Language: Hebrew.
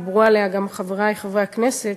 דיברו עליה גם חברי חברי הכנסת,